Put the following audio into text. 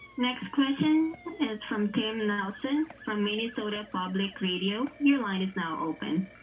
next question is from tim nelson from minnesota public radio your line is now open